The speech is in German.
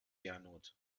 gernot